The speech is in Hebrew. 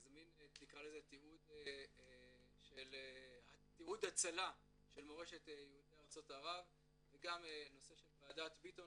זה מן תיעוד הצלה של מורשת יהודי ארצות ערב וגם נושא של ועדת ביטון